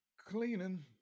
cleaning